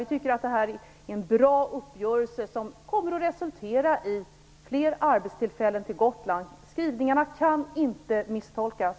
Vi tycker att detta är en bra uppgörelse, som kommer att resultera i fler arbetstillfällen på Gotland. Skrivningarna kan inte misstolkas.